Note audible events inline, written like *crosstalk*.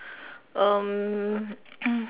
um *coughs*